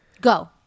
go